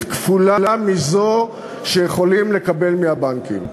כפולה מזאת שהם יכולים לקבל מהבנקים.